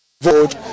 vote